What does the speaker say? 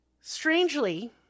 Strangely